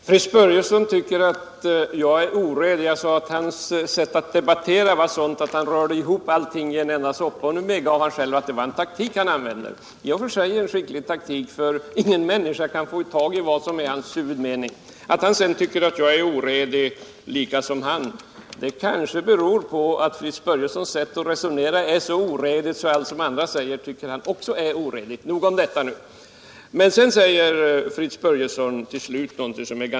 Herr talman! Fritz Börjesson tycker att jag är oredig. Jag sade att hans sätt att debattera bestod i att röra ihop allt möjligt till en enda soppa. Själv sade han att det var en taktik han använde sig av. Det var i så fall en skicklig taktik, för ingen människa kunde förstå vad han egentligen menade. Att han tycker att jag är oredig — liksom jag tycker att han är det — kanske beror på att hans sätt att resonera är så oredigt att han tycker att alla andras också är det. Men nog om detta. Sedan säger Fritz Börjesson någonting som är ganska betecknande.